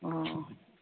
অঁ অঁ